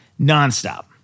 nonstop